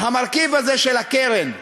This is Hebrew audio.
המרכיב הזה של הקרן,